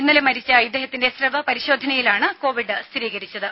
ഇന്നലെ മരിച്ച ഇദ്ദേഹത്തിന്റെ സ്രവ പരിശോധനയിലാണ് കോവിഡ് സ്ഥിരീകരിച്ചത്